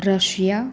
Russia